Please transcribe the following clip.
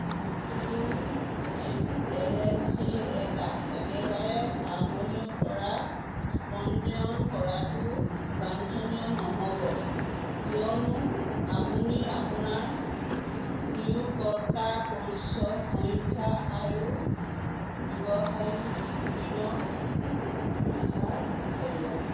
নতুন L L C এটা একেবাৰে আৰম্ভণিৰ পৰা পঞ্জীয়ন কৰাটো বাঞ্ছনীয় নহ'ব কিয়নো আপুনি আপোনাৰ নিয়োগকৰ্তাৰ পৰিচয় সংখ্যা আৰু ব্যৱসায়িক ঋণৰ ইতিহাস হেৰুৱাব